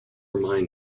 mind